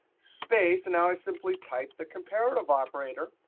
space, and now i simply type the comparative operator,